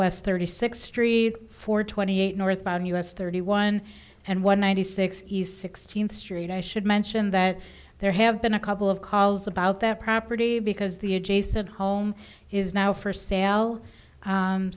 west thirty sixth street four twenty eight northbound us thirty one and one ninety six east sixteenth street i should mention that there have been a couple of calls about that property because the adjacent home is now for sale